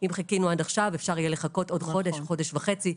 אם חיכינו עד עכשיו אפשר יהיה לחכות עוד חודש או חודש וחצי,